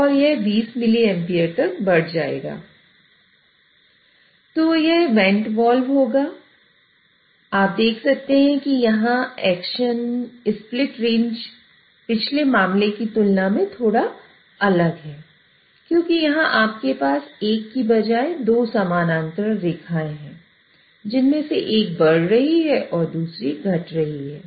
तो आप देख सकते हैं कि यहां एक्शन स्प्लिट रेंज पिछले मामले की तुलना में थोड़ा अलग है इसलिए यहां आपके पास एक की बजाए 2 समानांतर रेखाएं हैं जिनमें से एक बढ़ रही है और दूसरी घट रही है